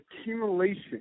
accumulation